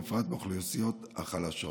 ובפרט לאוכלוסיות החלשות.